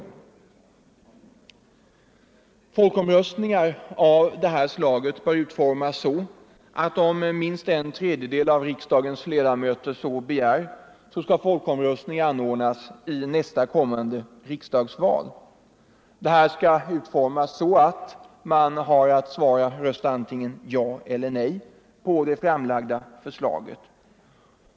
I den moderata reservationen anges hur sådana folkomröstningar skall utformas. Om en tredjedel av riksdagens ledamöter så begär, skall folkomröstning anordnas vid kommande riksdagsval. Folkomröstningen skall utformas så att man har att rösta antingen ja eller nej på det framlagda förslaget.